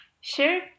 Sure